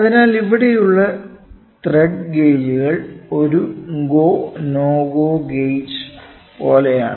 അതിനാൽ ഇവിടെയുള്ള ത്രെഡ് ഗേജുകൾ ഒരു "ഗോ നോ ഗോ ഗേജ്" പോലെയാണ്